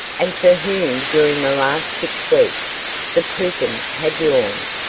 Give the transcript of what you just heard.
and for whom during the last six weeks the prison had yawned,